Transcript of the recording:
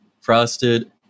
frosted